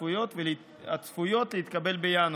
הצפויות להתקבל בינואר.